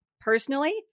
Personally